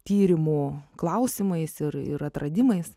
tyrimų klausimais ir ir atradimais